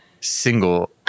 single